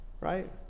Right